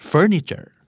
Furniture